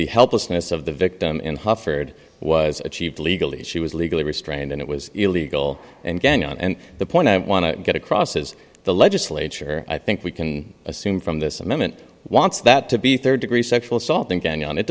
the helplessness of the victim in hartford was achieved legally she was legally restrained and it was illegal and gang and the point i want to get across is the legislature i think we can assume from this moment wants that to be rd degree sexual assault in kenya and it